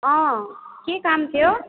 अँ के काम थियो